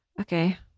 Okay